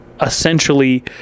essentially